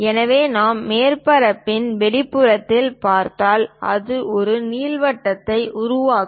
எனவே நாம் மேற்பரப்பின் வெளிப்புறத்தில் பார்த்தால் அது ஒரு நீள்வட்டத்தை உருவாக்கும்